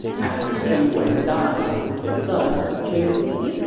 after king wen died, his son, king wu,